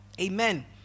Amen